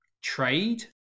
trade